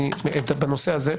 הנושא הזה,